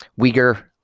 Uyghur